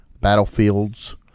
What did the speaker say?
battlefields